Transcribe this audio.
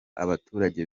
abaturage